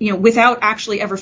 without actually ever